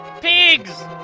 Pigs